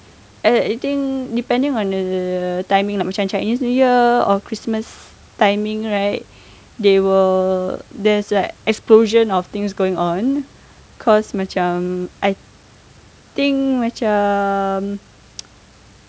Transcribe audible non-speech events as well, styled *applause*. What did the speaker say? I I think depending on the timing like macam chinese new year or christmas timing right they will there's like explosion of things going on cause macam I think macam *noise*